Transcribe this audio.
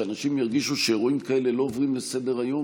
שאנשים ירגישו שעל אירועים כאלה לא עוברים לסדר-היום,